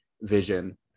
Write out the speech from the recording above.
vision